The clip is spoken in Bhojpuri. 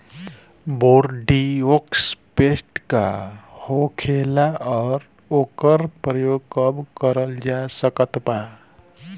बोरडिओक्स पेस्ट का होखेला और ओकर प्रयोग कब करल जा सकत बा?